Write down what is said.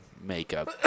makeup